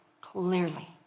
clearly